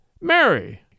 Mary